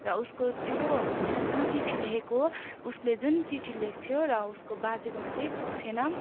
र उसको त्यो जुन चिट्ठी लेखेको उसले जुन चिट्ठी लेख्थ्यो र उसको बाजेकोमा चाहिँ पुग्थेन